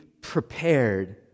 prepared